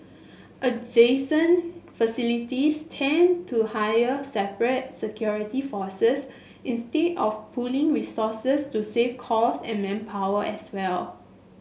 adjacent facilities tend to hire separate security forces instead of pooling resources to save cost and manpower as well